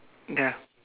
ya